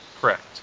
Correct